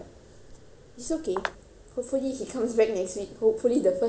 hopefully he comes back next week hopefully the first time I taught him wasn't that bad